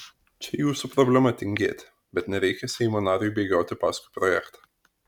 čia jūsų problema tingėti bet nereikia seimo nariui bėgioti paskui projektą